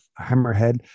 Hammerhead